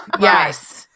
yes